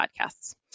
podcasts